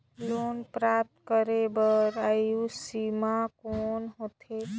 Loan प्राप्त करे बर आयु सीमा कौन होथे?